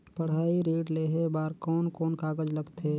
पढ़ाई ऋण लेहे बार कोन कोन कागज लगथे?